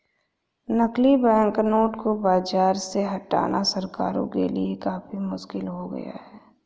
नकली बैंकनोट को बाज़ार से हटाना सरकारों के लिए काफी मुश्किल हो गया है